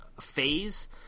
phase